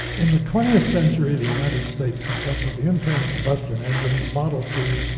in the twentieth century, the united states comes up with the internal combustion engine, the model t,